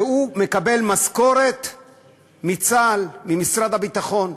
והוא מקבל משכורת מצה"ל, ממשרד הביטחון.